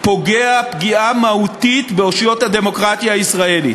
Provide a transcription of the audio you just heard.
פוגע פגיעה מהותית באושיות הדמוקרטיה הישראלית.